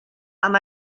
amb